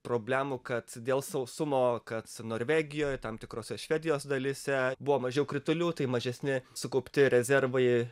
problemų kad dėl sausumo kad norvegijoj tam tikrose švedijos dalyse buvo mažiau kritulių tai mažesni sukaupti rezervai